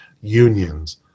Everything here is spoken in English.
unions